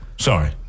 Sorry